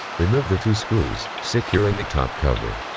remove the two screws securing the top cover.